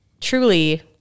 truly